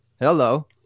Hello